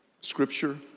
scripture